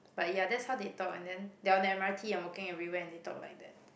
but ya that's how they talk and then they are on the M_R_T and walking everywhere and they talk like that